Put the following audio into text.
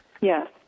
Yes